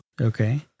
okay